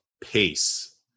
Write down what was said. Pace